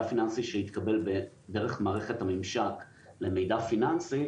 פיננסי שהתקבל דרך מערכת הממשק למידע פיננסי,